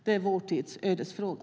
Det är vår tids ödesfråga.